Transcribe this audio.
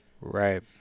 right